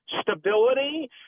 stability